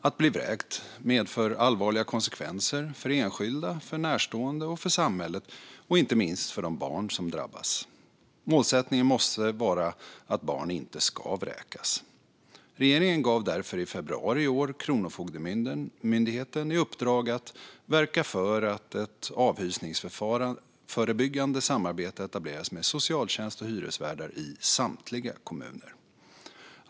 Att bli vräkt medför allvarliga konsekvenser, för enskilda, för närstående och för samhället och inte minst för de barn som drabbas. Målsättningen måste vara att barn inte ska vräkas. Regeringen gav därför i februari i år Kronofogdemyndigheten i uppdrag att verka för att ett avhysningsförebyggande samarbete etableras med socialtjänst och hyresvärdar i samtliga kommuner.